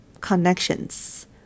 connections